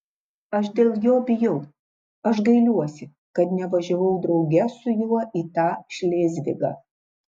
aš dėl jo bijau aš gailiuosi kad nevažiavau drauge su juo į tą šlėzvigą